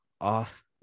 off